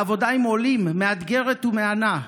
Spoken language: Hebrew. העבודה עם עולים מאתגרת ומהנה.